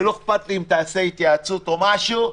ולא אכפת לי אם תעשה התייעצות או משהו,